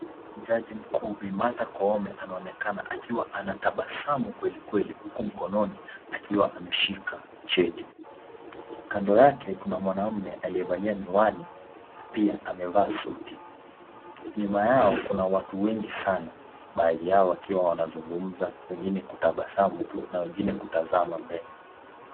Jaji mkuu Bi. Martha Koome anaonekana akiwa anatabasamu kwelikweli, huku mkononi akiwa ameshika cheti, kando yake kuna mwanamume aliyevalia miwani na pia amevaa suti, nyuma yao kuna watu wengi sana, baadhi yao wakiwa wanazungumza, wengine kutabasamu tu na wengine kutazama mbele.